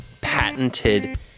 patented